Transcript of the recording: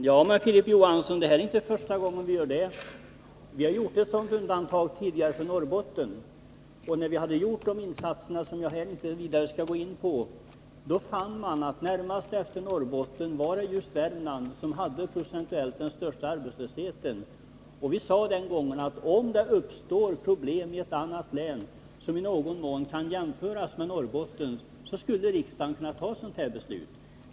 Fru talman! Jo, Filip Johansson, det är inte första gången vi gör det. Vi har tidigare gjort ett sådant undantag för Norrbotten. När vi den gången beslöt att där göra insatser som jag här inte skall gå in på fann vi att det var just Värmland som närmast efter Norrbotten hade den procentuellt sett största arbetslösheten. Vi sade vid det tillfället att om det uppstår problem i ett annat län vilka i någon mån kan jämföras med dem som förelåg i Norrbotten skulle riksdagen kunna ta ett sådant här beslut.